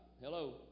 Hello